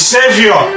Savior